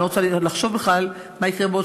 אני לא רוצה לחשוב בכלל מה יקרה בעוד